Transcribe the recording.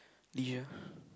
leisure